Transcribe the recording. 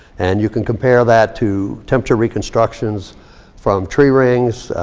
and you can compare that to temperature reconstructions from tree rings.